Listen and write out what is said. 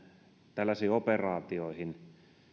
tällaisiin operaatioihin